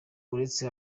uretse